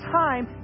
time